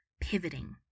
pivoting